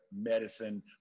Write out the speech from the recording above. medicine